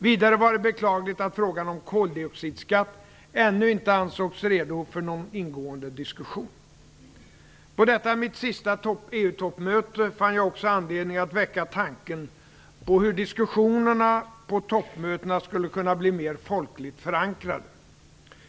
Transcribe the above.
Vidare var det beklagligt att frågan om koldioxidskatt ännu inte ansågs redo för någon ingående diskussion. På detta mitt sista EU-toppmöte fann jag också anledning att väcka tanken på hur diskussionerna på toppmötena skulle kunna bli mer folkligt förankrade.